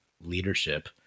leadership